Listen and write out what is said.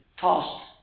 tossed